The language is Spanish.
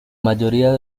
mayoría